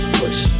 push